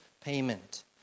payment